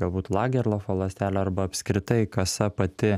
galbūt lagerlofo ląstelių arba apskritai kasa pati